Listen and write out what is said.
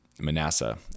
Manasseh